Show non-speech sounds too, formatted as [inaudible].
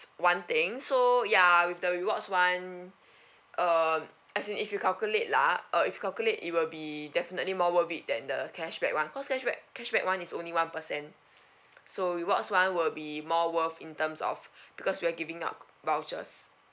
one thing so ya with the rewards [one] [breath] uh as in if you calculate lah uh if calculate it will be definitely more worth it then the cashback [one] cause cashback cashback [one] is only one percent so rewards [one] will be more worth in terms of because we're giving out vouchers